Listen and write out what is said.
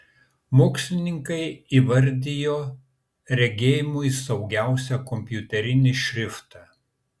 mokslininkai įvardijo regėjimui saugiausią kompiuterinį šriftą